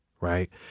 right